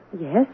Yes